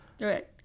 Right